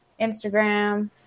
Instagram